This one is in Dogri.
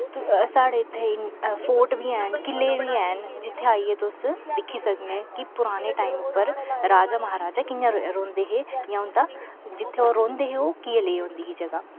साढ़े इत्थें फोर्ट बी हैन कीले बी हैन जित्थें आईये तुस दिक्खी सकने कि पुराने टाईम उप्पर राजा महाराजा कियां रौंह्दे हे जां उं'दा जित्थे ओह् रौंह्दे हे ओ केह् जेही होंदी ही जगा